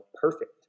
perfect